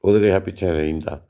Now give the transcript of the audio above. ओह्दे कशा पिच्छे रेही जंदा